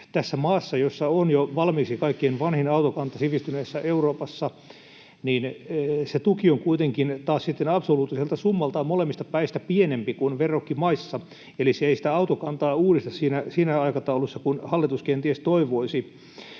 tässä maassa, jossa on jo valmiiksi kaikkein vanhin autokanta sivistyneessä Euroopassa, se tuki on kuitenkin taas sitten absoluuttiselta summaltaan molemmista päistä pienempi kuin verrokkimaissa, eli se ei sitä autokantaa uudista siinä aikataulussa kuin hallitus kenties toivoisi.